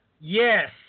Yes